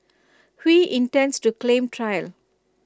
Hui intends to claim trial